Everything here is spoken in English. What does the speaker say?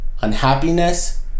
unhappiness